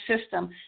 system